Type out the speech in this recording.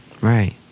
Right